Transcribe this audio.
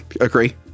Agree